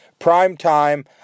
primetime